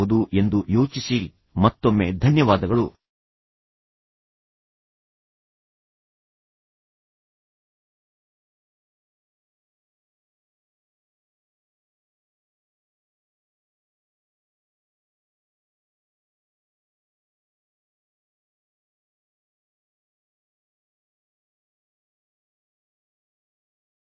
ಈ ವೀಡಿಯೊವನ್ನು ವೀಕ್ಷಿಸಿದ್ದಕ್ಕಾಗಿ ಧನ್ಯವಾದಗಳು ಮತ್ತು ನಂತರ ನಾನು ನಿಮಗೆ ಬಹಳ ಸಂಘರ್ಷ ಮುಕ್ತ ದಿನವನ್ನು ಬಯಸುತ್ತೇನೆ ಕನಿಷ್ಠ ಇಂದಿಗಾದರು ಸರಿ